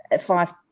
five